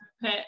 put